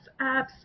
apps